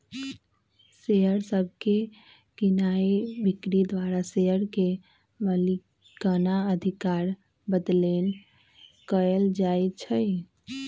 share सभके कीनाइ बिक्री द्वारा शेयर के मलिकना अधिकार बदलैंन कएल जाइ छइ